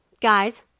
guys